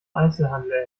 einzelhandel